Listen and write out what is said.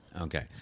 Okay